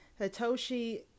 Hitoshi